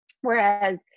whereas